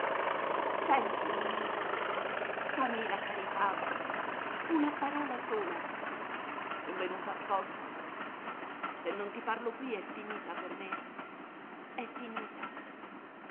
senti ninì fammi la carità una parola sola son venuta apposta se non ti parlo qui è finita per me è finita